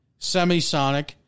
Semisonic